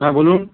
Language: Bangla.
হ্যাঁ বলুন